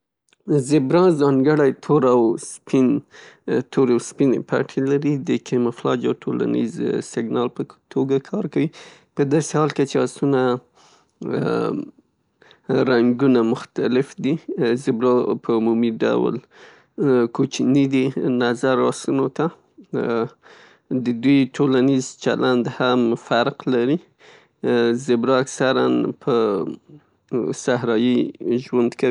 زیبرا ځانکړی تور او سپین، تور او سپینې پټې لري. دې کې مفراج یا ټولنیز سینګال په توګه کار کیي. په داسې حال کې چې آسونه رنګونه مختلف دي. زیبرا په عمومي ډول کوچني دي نظر آسونو ته د دوی ټولنیز چلند هم فرق لري. زیبرا اکثراً په صحرايي ژوند کيي.